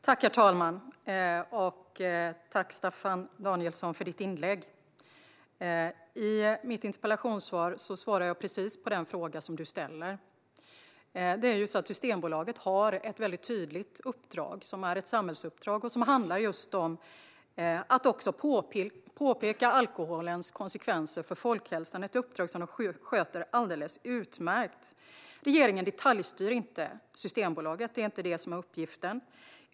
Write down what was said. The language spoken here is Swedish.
Herr talman! Tack, Staffan Danielsson, för ditt inlägg! I mitt interpellationssvar svarade jag på precis den fråga som du ställer. Systembolaget har ett tydligt uppdrag, som är ett samhällsuppdrag och som handlar om att också påpeka alkoholens konsekvenser för folkhälsan. Det är ett uppdrag som de sköter alldeles utmärkt. Regeringen detaljstyr inte Systembolaget; det är inte det som är uppgiften.